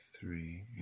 three